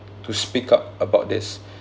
to speak up about this